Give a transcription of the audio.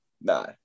no